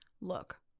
look